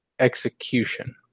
execution